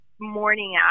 morning